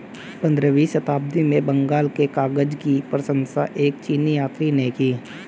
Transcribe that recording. पंद्रहवीं शताब्दी में बंगाल के कागज की प्रशंसा एक चीनी यात्री ने की